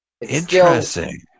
Interesting